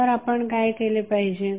तर आपण काय केले पाहिजे